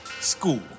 school